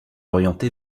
orienté